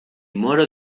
moro